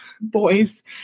boys